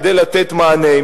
כדי לתת מענה.